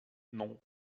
non